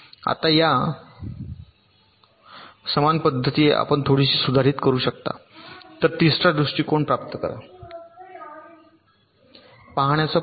आता या समान पद्धती आपण थोडीशी सुधारित करू शकता तर तिसरा दृष्टीकोन प्राप्त करा पाहण्याचा प्रयत्न करा